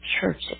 church